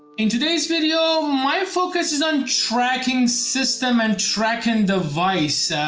in today's video my focus is on tracking system and tracking device.